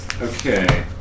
Okay